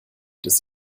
des